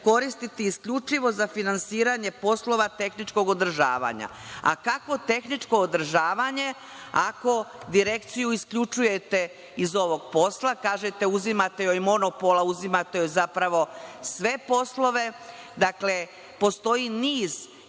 koristiti isključivo za finansiranje poslova tehničkog održavanja. Kako tehničko održavanje ako direkciju isključujete iz ovog posla. Kažete da joj uzimate monopol, uzimate joj zapravo sve poslove. Dakle, postoji niz